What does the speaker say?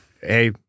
Hey